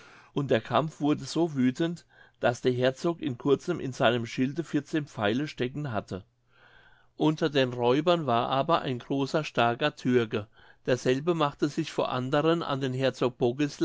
und der kampf wurde so wüthend daß der herzog in kurzem in seinem schilde vierzehn pfeile stecken hatte unter den räubern war aber ein großer starker türke derselbe machte sich vor anderen an den herzog